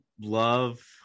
love